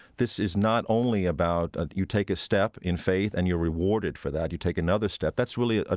this is not only about ah you take a step in faith and you're rewarded for that. you take another step. that's really, ah